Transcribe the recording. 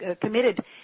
committed